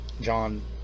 John